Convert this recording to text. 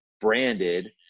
branded